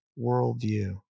worldview